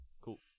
Cool